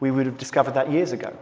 we would have discovered that years ago